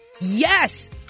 yes